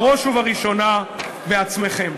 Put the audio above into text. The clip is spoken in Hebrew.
בראש ובראשונה בעצמכם.